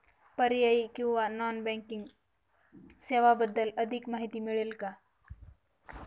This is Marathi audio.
पर्यायी किंवा नॉन बँकिंग सेवांबद्दल अधिक माहिती मिळेल का?